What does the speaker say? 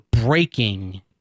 breaking